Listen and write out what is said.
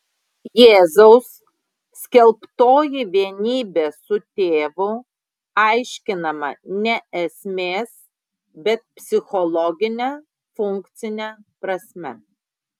jėzaus skelbtoji vienybė su tėvu aiškinama ne esmės bet psichologine funkcine prasme